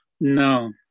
no